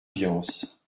viance